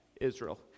Israel